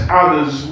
others